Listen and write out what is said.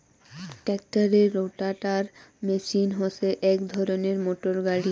ট্রাক্টরের rotator machine হসে এক ধরণের মোটর গাড়ি